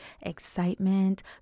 excitement